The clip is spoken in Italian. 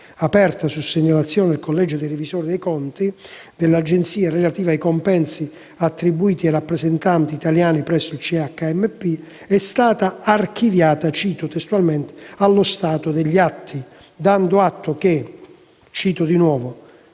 aperta su segnalazione del collegio dei revisori dei conti dell'Agenzia, relativa ai compensi attribuiti ai rappresentanti italiani presso il CHMP «è stata archiviata allo stato degli atti», dando atto che «il quadro